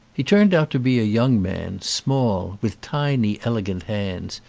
he turned out to be a young man, small, with tiny elegant hands,